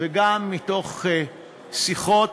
וגם מתוך שיחות